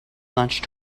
lunch